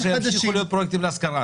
ימשיך להיות פרויקט להשכרה.